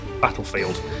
battlefield